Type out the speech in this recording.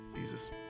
Jesus